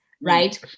right